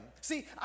See